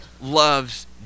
loves